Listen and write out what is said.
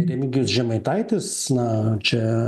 remigijus žemaitaitis na čia